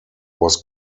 was